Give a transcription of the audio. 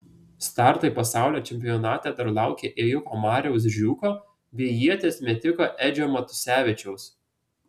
startai pasaulio čempionate dar laukia ėjiko mariaus žiūko bei ieties metiko edžio matusevičiaus